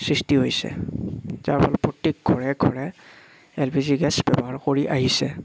সৃষ্টি হৈছে যাৰ ফল প্ৰত্যেক ঘৰে ঘৰে এল পি জি গেছ ব্যৱহাৰ কৰি আহিছে